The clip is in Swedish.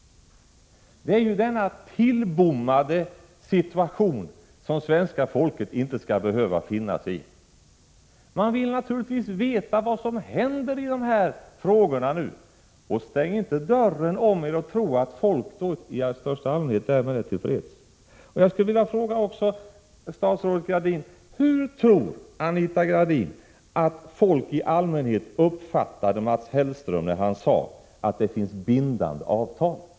Det är ju denna tillbommade situation som svenska folket inte skall behöva finna sig i. Man vill naturligtvis veta vad som händer i dessa frågor nu. Stäng inte dörren om er och tro att folk i allmänhet därmed är till freds! Hur tror Anita Gradin att folk i allmänhet uppfattade Mats Hellström när han sade att det fanns bindande avtal?